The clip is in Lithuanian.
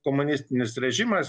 komunistinis režimas